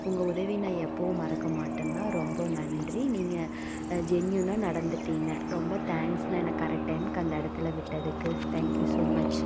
உங்கள் உதவியை நான் எப்பவும் மறக்கமாட்டண்ணா ரொம்ப நன்றி நீங்கள் ஜென்யூனாக நடந்துகிட்டீங்க ரொம்ப தேங்க்ஸ்ண்ணா என்னை கரெக்ட் டைமுக்கு அந்த இடத்துல விட்டதுக்கு தேங்க் யூ ஸோ மச்